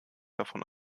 davon